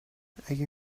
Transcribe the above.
اگه